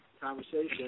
conversation